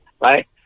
right